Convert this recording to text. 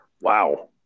Wow